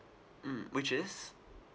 mm which is